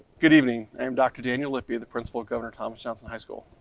good evening, i'm dr. daniel lippy, the principal of governor thomas johnson high school.